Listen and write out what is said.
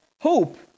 hope